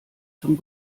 zum